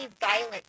violent